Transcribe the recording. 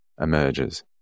emerges